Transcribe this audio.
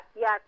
yes